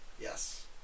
Yes